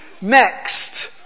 Next